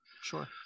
sure